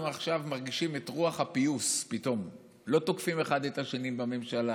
עכשיו מרגישים את רוח הפיוס פתאום: לא תוקפים אחד את השני בממשלה,